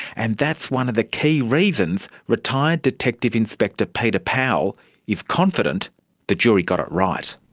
and that's one of the key reasons retired detective inspector peter powell is confident the jury got it right.